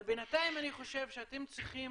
אבל בינתיים אני חושב שאתם צריכים